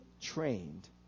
trained